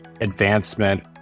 advancement